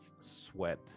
sweat